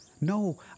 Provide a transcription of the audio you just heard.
No